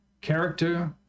character